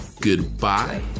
goodbye